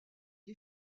les